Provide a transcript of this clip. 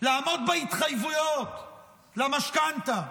לעמוד בהתחייבות למשכנתה,